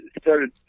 started